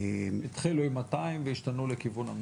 התחילו עם 200 והשתנו לכיוון ה-100.